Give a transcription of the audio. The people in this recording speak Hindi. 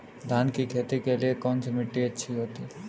धान की खेती के लिए कौनसी मिट्टी अच्छी होती है?